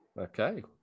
Okay